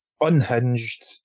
unhinged